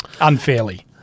Unfairly